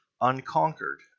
Unconquered